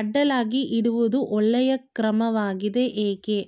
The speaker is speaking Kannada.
ಅಡ್ಡಲಾಗಿ ಇಡುವುದು ಒಳ್ಳೆಯ ಕ್ರಮವಾಗಿದೆ ಏಕೆ?